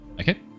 okay